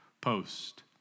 Post